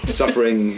suffering